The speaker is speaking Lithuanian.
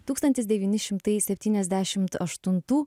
tūkstantis devyni šimtai septyniasdešimt aštuntų